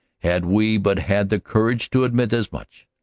had we but had the courage to admit as much.